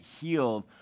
healed